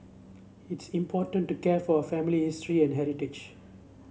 it's important to care for our family history and heritage